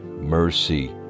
mercy